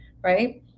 right